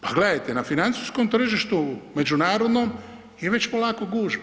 Pa gledajte, na financijskom tržištu, međunarodnom je već polako gužva.